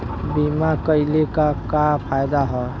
बीमा कइले का का फायदा ह?